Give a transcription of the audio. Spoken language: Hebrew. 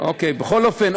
בכל אופן,